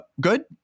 good